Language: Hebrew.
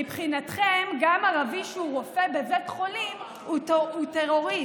מבחינתכם גם ערבי שהוא רופא בבית חולים הוא טרוריסט.